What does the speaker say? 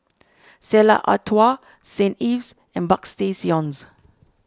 Stella Artois Saint Ives and Bagstationz